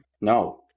No